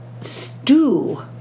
stew